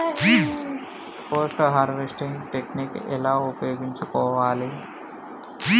Post harvesting technique ఎలా ఉపయోగించుకోవాలి?